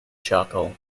charcoal